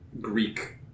Greek